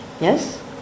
Yes